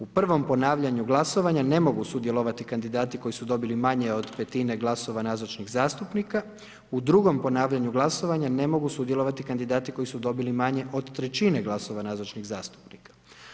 U prvom ponavljanju glasovanja, ne mogu sudjelovati kandidati, koji su dobili manje od petine glasova nazočnih zastupnika, u drugom ponavljanju glasova, ne mogu sudjelovati kandidati koji su dobili manje od trećine glasova nazočnih zastupnika.